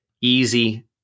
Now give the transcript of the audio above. easy